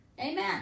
Amen